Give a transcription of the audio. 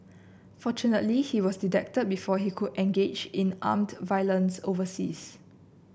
fortunately he was detected before he could engage in armed violence overseas